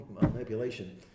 manipulation